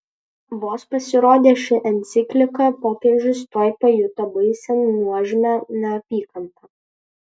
vos pasirodė ši enciklika popiežius tuoj pajuto baisią nuožmią neapykantą